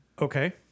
Okay